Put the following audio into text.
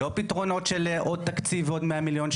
בסופו של דבר, תקציב המדינה נועד לשמש פעילות